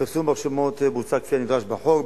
הפרסום ברשומות בוצע כפי הנדרש בחוק.